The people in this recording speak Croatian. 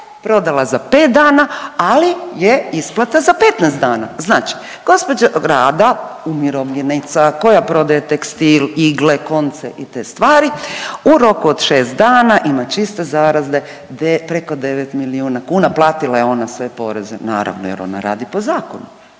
prodala za 5 dana, ali je isplata za 15 dana. Znači gospođa Rada, umirovljenica koja prodaje tekstil, igle, konce i te stvari u roku od 6 dana ima čiste zarade preko 9 milijuna kuna, platila je ona sve poreze naravno jer ona radi po zakonu,